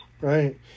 Right